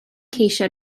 ceisio